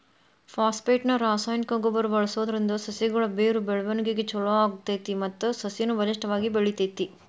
phosphate ನ ರಾಸಾಯನಿಕ ಗೊಬ್ಬರ ಬಳ್ಸೋದ್ರಿಂದ ಸಸಿಗಳ ಬೇರು ಬೆಳವಣಿಗೆ ಚೊಲೋ ಆಗ್ತೇತಿ ಮತ್ತ ಸಸಿನು ಬಲಿಷ್ಠವಾಗಿ ಬೆಳಿತೇತಿ